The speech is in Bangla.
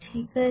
ঠিক আছে